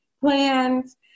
plans